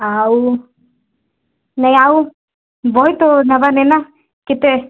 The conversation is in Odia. ଆଉ ନାଇଁ ଆଉ ବହି ତ ନେବାର ନାଇଁ ନା କେତେ